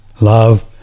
Love